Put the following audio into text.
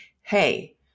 Hey